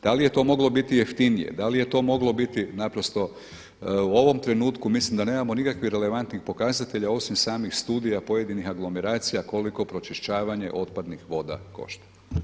Da li je to moglo biti jeftinije, da li je to moglo biti, naprosto u ovom trenutku mislim da nemamo nikakvih relevantnih pokazatelja osim samih studija pojedinih aglomeracija koliko pročišćavanje otpadnih voda košta.